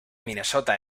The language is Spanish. minnesota